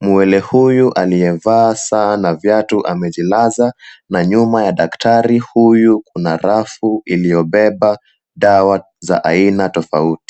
Mwele huyu aliyevaa saa na viatu amejilaza na nyuma ya daktari huyu kuna rafu iliyobeba dawa za aina tofauti.